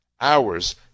Hours